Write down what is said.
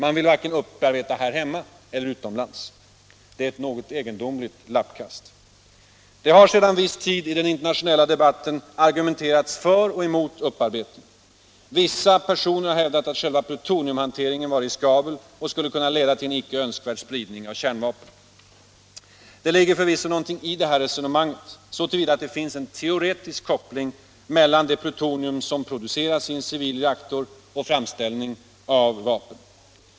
Man vill inte upparbeta vare sig här hemma eller utomlands. Det är ett något egendomligt lappkast. Det har sedan viss tid i den internationella debatten argumenterats för och emot upparbetning. Vissa personer har hävdat att själva plutoniumhanteringen var riskabel och skulle kunna leda till en icke önskvärd spridning av kärnvapen. Det ligger förvisso någonting i detta resonamang så till vida som det finns en teoretisk koppling mellan det plutonium som produceras i en civil reaktor och framställning av vapen.